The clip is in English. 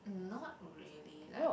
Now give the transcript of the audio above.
not really like